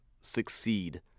succeed